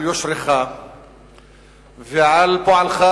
על יושרך ועל פועלך,